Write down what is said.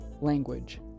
language